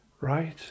Right